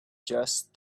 just